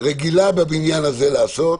שרגילה בבניין הזה לעשות,